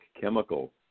chemical